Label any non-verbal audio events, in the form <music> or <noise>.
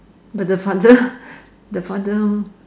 but the father <breath> the father